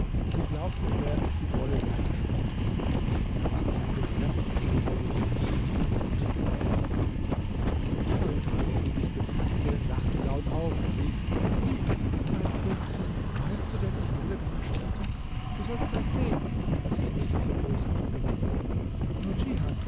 so glaubte er sie wolle seiner spotten und verriet sein befremden darüber durch mienen und gebärden pari banu die dies bemerkte lachte laut auf und rief wie mein prinz meinst du denn ich wolle deiner spotten du sollst sogleich sehen daß ich nicht so boshaft bin